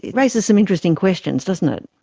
it raises some interesting questions, doesn't it.